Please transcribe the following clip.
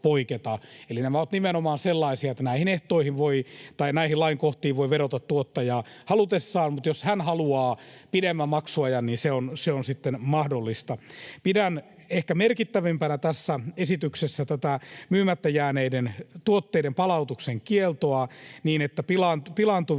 Eli nämä ovat nimenomaan sellaisia, että näihin lainkohtiin voi vedota tuottaja halutessaan, mutta jos hän haluaa pidemmän maksuajan, niin se on sitten mahdollista. Pidän ehkä merkittävimpänä tässä esityksessä tätä myymättä jääneiden tuotteiden palautuksen kieltoa niin, että pilaantuvia